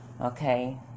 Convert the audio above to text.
Okay